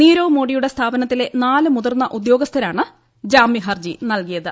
നീരവ്മോഡിയുടെ സ്ഥാപനത്തിലെ നാല് മുതിർന്ന ഉദ്യോഗസ്ഥരാണ് ജാമ്യഹർജി നൽകിയത്